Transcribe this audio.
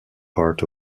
part